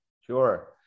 sure